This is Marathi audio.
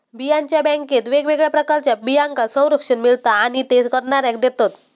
बियांच्या बॅन्केत वेगवेगळ्या प्रकारच्या बियांका संरक्षण मिळता आणि ते करणाऱ्याक देतत